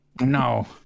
No